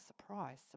surprise